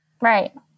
Right